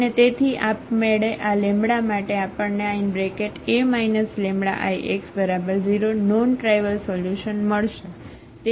અને તેથી આપમેળે આ લેમ્બડા માટે આપણને આ A λIx0 non trivial solution મળશે